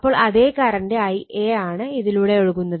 അപ്പോൾ അതേ current Ia ആണ് ഇതിലൂടെ ഒഴുകുന്നത്